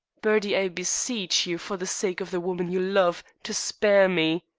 bertie, i beseech you, for the sake of the woman you love, to spare me.